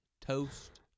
toast